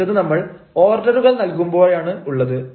അടുത്തത് നമ്മൾ ഓർഡറുകൾ നൽകുമ്പോഴാണ് ഉള്ളത്